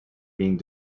being